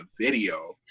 video